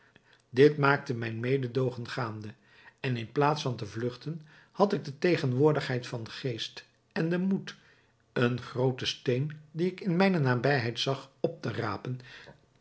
dit maakte mijn mededoogen gaande en in plaats van te vlugten had ik de tegenwoordigheid van geest en den moed een grooten steen dien ik in mijne nabijheid zag op te rapen